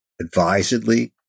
advisedly